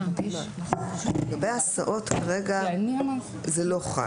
כרגע לגבי הסעות זה לא חל.